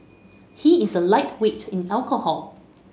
he is a lightweight in alcohol